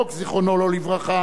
זיכרונו לא לברכה,